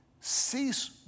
Cease